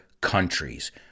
countries